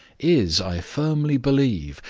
is, i firmly believe,